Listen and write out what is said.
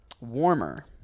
Warmer